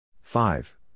Five